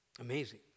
Amazing